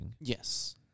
Yes